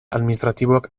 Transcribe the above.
administratiboak